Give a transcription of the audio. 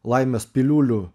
laimės piliulių